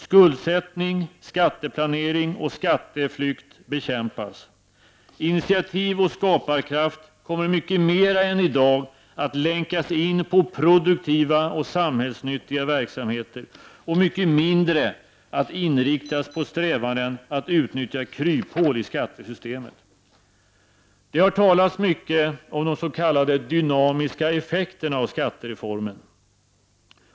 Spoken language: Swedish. Skuldsättning, skatteplanering och skatteflykt bekämpas. Initiativ och skaparkraft kommer mycket mera än i dag att länkas in på produktiva och samhällsnyttiga verksamheter och mycket mindre att inriktas på strävanden att utnyttja kryphål i skattesystemet. Det har talats mycket om de s.k. dynamiska effekterna av skattereformen.